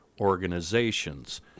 Organizations